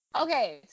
Okay